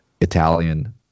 Italian